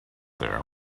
there